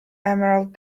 emerald